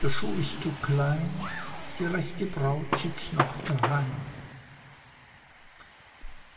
der schuck ist zu klein die rechte braut sitzt noch daheim